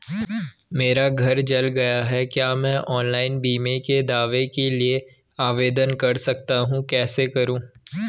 मेरा घर जल गया है क्या मैं ऑनलाइन बीमे के दावे के लिए आवेदन कर सकता हूँ कैसे करूँ?